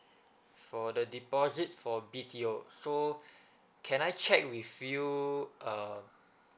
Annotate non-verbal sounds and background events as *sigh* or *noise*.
for the deposit for B_T_O *breath* so can I check with you uh